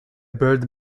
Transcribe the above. bird